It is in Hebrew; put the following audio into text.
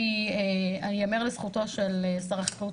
כי יאמר לזכותו של שר החקלאות,